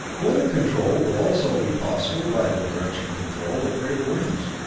weather control will also be possible by the direction-control of great winds.